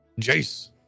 Jace